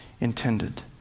intended